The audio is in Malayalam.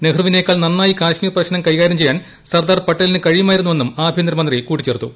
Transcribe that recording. നെഹ്റുവിനെക്കാൾ നന്നായി കാശ്മീർ പ്രശ്നം കൈകാരൃം ചെയ്യാൻ സർദാർ പട്ടേലിന് കഴിയുമായിരുന്നുവെന്നും ആഭ്യന്തര മന്ത്രി അമിത് ഷാ കൂട്ടിച്ചേർത്തു